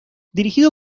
dirigido